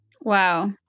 Wow